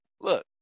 look